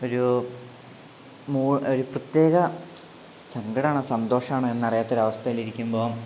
ഒരു ഒരു പ്രത്യേക സങ്കടമാണോ സന്തോഷമാണോ എന്നറിയാത്ത ഒരു അവസ്ഥയിലിരിക്കുമ്പം